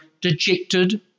dejected